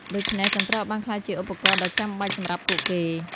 ដូច្នេះ កន្ត្រកបានក្លាយជាឧបករណ៍ដ៏ចាំបាច់សម្រាប់ពួកគេ។